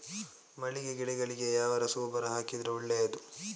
ಮಲ್ಲಿಗೆ ಗಿಡಗಳಿಗೆ ಯಾವ ರಸಗೊಬ್ಬರ ಹಾಕಿದರೆ ಒಳ್ಳೆಯದು?